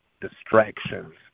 distractions